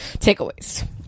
takeaways